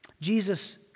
Jesus